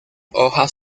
hojas